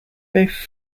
both